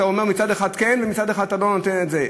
אתה אומר מצד אחד כן ומצד אחד אתה לא נותן את זה?